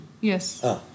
Yes